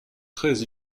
très